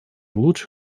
лучше